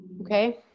Okay